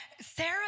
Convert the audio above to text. Sarah